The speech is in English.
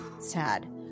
sad